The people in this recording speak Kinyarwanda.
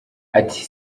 ati